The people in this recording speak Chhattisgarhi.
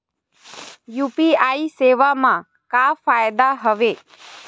यू.पी.आई सेवा मा का फ़ायदा हवे?